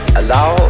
allow